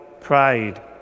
pride